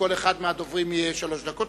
לכל אחד מהדוברים יהיו שלוש דקות.